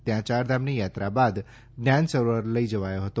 ત્યાં યારધામની યાત્રા બાદ જ્ઞાન સરોવર લઇ જવાયો હતો